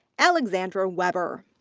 alexandra weber.